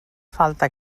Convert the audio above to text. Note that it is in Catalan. falta